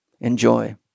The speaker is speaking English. Enjoy